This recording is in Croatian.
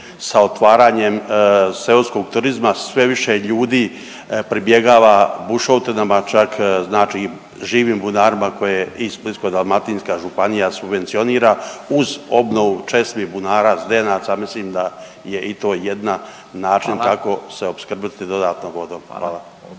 sa otvaranjem seoskog turizma sve više ljudi pribjegava bušotinama, čak znači živim bunarima koje i Splitsko-dalmatinska županija subvencionira. Uz obnovu česmi, bunara, zdenaca mislim da je i to jedna način…/Upadica Radin: Hvala/… kako se opskrbiti dodatno vodom, hvala.